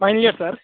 final year sir